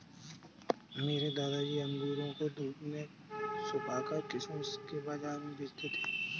मेरे दादाजी अंगूरों को धूप में सुखाकर किशमिश को बाज़ार में बेचते थे